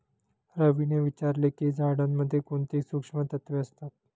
रवीने विचारले की झाडांमध्ये कोणती सूक्ष्म तत्वे असतात?